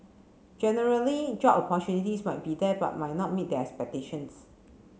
generally job opportunities might be there but might not meet their expectations